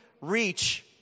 reach